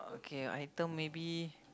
K item maybe